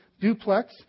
duplex